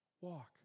Walk